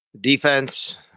Defense